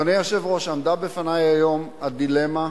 אדוני היושב-ראש, עמדה בפני היום הדילמה,